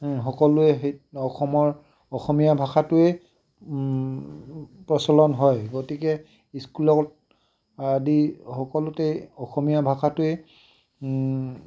সকলোৱে সেই অসমৰ অসমীয়া ভাষাটোৱে প্ৰচলন হয় গতিকে স্কুলত আদি সকলোতে অসমীয়া ভাষাটোৱে